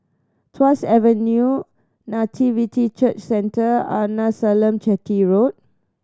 Tuas Avenue Nativity Church Centre Arnasalam Chetty Road